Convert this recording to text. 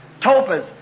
topaz